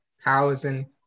housing